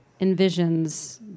envisions